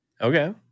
Okay